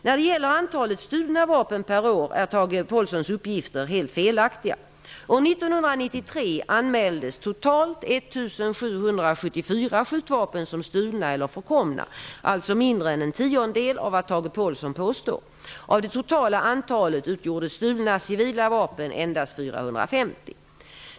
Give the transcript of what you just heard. När det gäller antalet stulna vapen per år är Tage Påhlssons uppgifter helt felaktiga. År 1993 anmäldes totalt 1 774 skjutvapen som stulna eller förkomna, alltså mindre än en tiondel av vad Tage Påhlsson påstår. Av det totala antalet utgjorde stulna civila vapen endast 450.